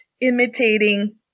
imitating